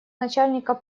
начальника